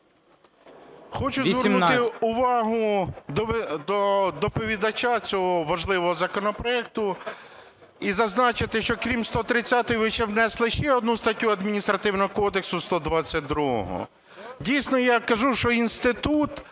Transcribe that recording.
Хочу звернути увагу доповідача цього важливого законопроекту і зазначити, що, крім 130-ї, ви внесли ще одну статтю Адміністративного кодексу – 122. Дійсно, я кажу, що інститут,